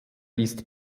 ist